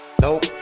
Nope